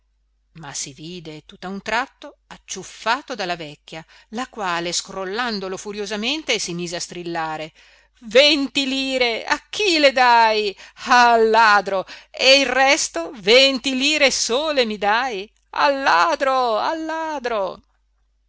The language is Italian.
ma si vide tutt'a un tratto acciuffato dalla vecchia la quale scrollandolo furiosamente si mise a strillare venti lire a chi le dai ah ladro e il resto venti lire sole mi dai al ladro al ladro